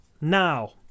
now